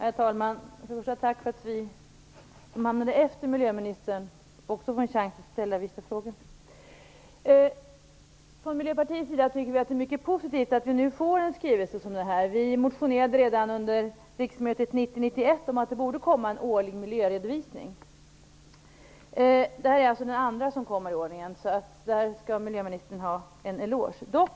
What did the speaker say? Herr talman! Tack för att vi trots omkastningen på talarlistan också får en chans att ställa vissa frågor. Från Miljöpartiets sida tycker vi att det är mycket positivt att vi nu får en skrivelse som denna. Vi motionerade redan under riksmötet 1990/91 om att det borde komma en årlig miljöredovisning. Detta är den andra i ordningen som kommer. Där skall miljöministern ha en eloge.